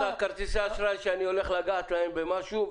כרטיסי האשראי שאני הולך לגעת להם במשהו,